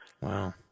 Wow